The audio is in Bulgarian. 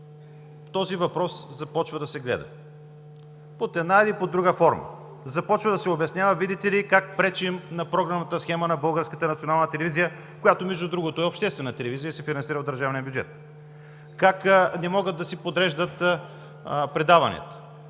този въпрос започва да се гледа под една или друга форма. Започва да се обяснява, видите ли, как пречим на програмната схема на Българската национална телевизия, която, между другото, е обществена телевизия и се финансира от държавния бюджет. Как не могат да си подреждат предаванията.